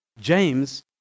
James